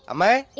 my